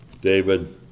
David